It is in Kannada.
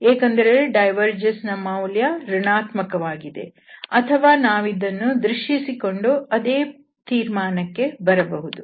ಯಾಕೆಂದರೆ ಡೈವರ್ಜೆನ್ಸ್ ನ ಮೌಲ್ಯವು ಋಣಾತ್ಮಕವಾಗಿದೆ ಅಥವಾ ನಾವಿದನ್ನು ದೃಶ್ಯೀಕರಿಸಿಕೊಂಡು ಅದೇ ತೀರ್ಮಾನಕ್ಕೆ ಬರಬಹುದು